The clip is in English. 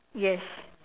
yes